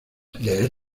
leer